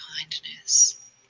kindness